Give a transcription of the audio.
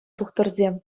тухтӑрсем